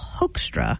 hoekstra